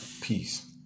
Peace